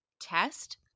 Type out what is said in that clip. test